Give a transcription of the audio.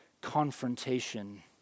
confrontation